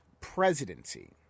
presidency